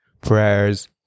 prayers